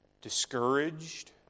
discouraged